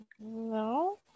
No